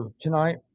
tonight